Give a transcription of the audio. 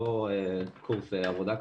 לא קורס לעבודה,